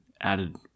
added